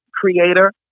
creator